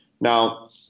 Now